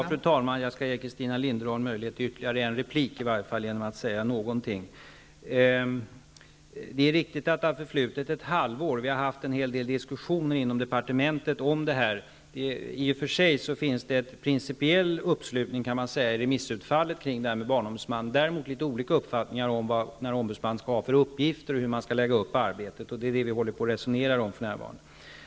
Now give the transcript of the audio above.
Fru talman! Jag skall ge Christina Linderholm möjlighet till i varje fall ytterligare ett inlägg genom att säga något. Det är riktigt att det har förflutit ett halvår. Vi har inom departementet haft en hel del diskussioner om detta. I och för sig kan man säga att det i remissvaren finns en principiell uppslutning bakom inrättandet av en barnombudsman. Däremot råder det litet olika uppfattningar om vad ombudsmannen skall ha för uppgifter och hur man skall lägga upp arbetet. Det är det vi för närvarande håller på att resonera om.